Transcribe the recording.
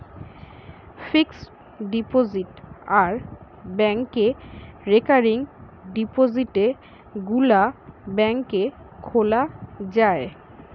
fixed deposit আর ব্যাংকে recurring ডিপোজিটে গুলা ব্যাংকে খোলা যায়